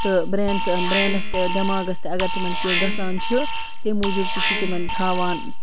تہٕ برین برینَس تہٕ دٮ۪ماغَس تہِ اگر تِمَن کیٚنٛہہ گَژھان چھُ تمہِ موٗجوٗب تہِ چھِ تِمَن تھاوان